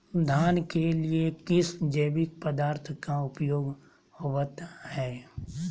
धान के लिए किस जैविक पदार्थ का उपयोग होवत है?